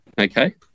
okay